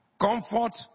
comfort